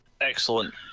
excellent